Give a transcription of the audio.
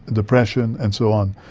depression and so on,